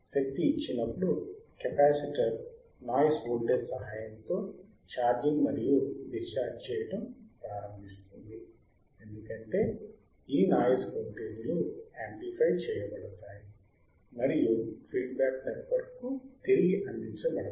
శక్తి ఇచ్చినప్పుడు capacitor noise voltage సహాయంతో charging మరియు డిశ్చార్జ్ చేయడం ప్రారంభిస్తుంది ఎందుకంటే ఈ నాయిస్ వోల్టేజీలు యామ్ప్లిఫై చేయబడతాయి మరియు ఫీడ్బ్యాక్ నెట్వర్క్కు తిరిగి అందించబడతాయి